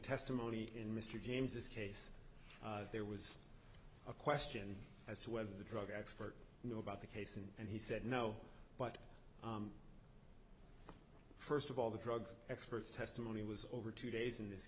testimony in mr james this case there was a question as to whether the drug ads for knew about the case and he said no but first of all the drug experts testimony was over two days in this